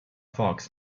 fox